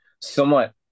somewhat